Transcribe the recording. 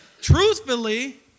truthfully